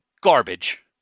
garbage